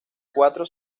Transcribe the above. cuatro